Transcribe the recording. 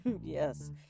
yes